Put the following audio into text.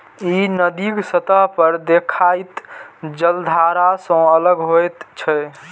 ई नदीक सतह पर देखाइत जलधारा सं अलग होइत छै